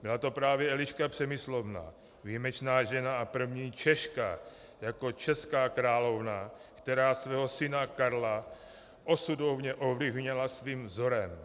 Byla to právě Eliška Přemyslovna, výjimečná žena a první Češka jako česká královna, která svého syna Karla osudově ovlivnila svým vzorem.